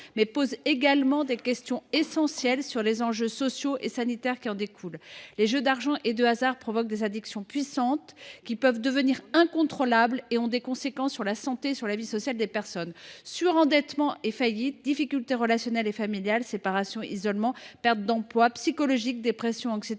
mais posent également des questions essentielles sur les enjeux sociaux et sanitaires qui en découlent. Les jeux d’argent et de hasard provoquent des addictions puissantes, qui peuvent devenir incontrôlables et qui ont des conséquences sur la santé et la vie sociale des personnes : surendettement et faillite, difficultés relationnelles et familiales, séparation, isolement, perte d’emploi. Elles sont